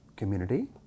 community